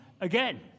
again